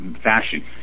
fashion